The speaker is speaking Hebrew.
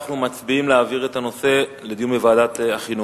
אנחנו מצביעים על העברת הנושא לדיון בוועדת החינוך.